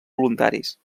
voluntaris